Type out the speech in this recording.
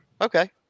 Okay